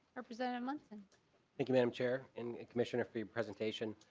represent a month and thank you madam chair and commissioner free presentation.